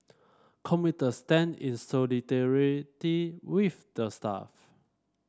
commuter stand in solidarity with the staff